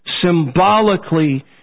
symbolically